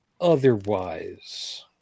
otherwise